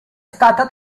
stata